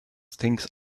things